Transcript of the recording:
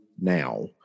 now